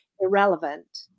irrelevant